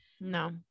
No